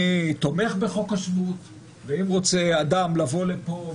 אני תומך בחוק השבות ואם רוצה אדם לבוא לכאן,